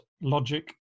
logic